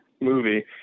movie